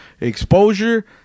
Exposure